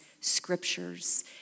scriptures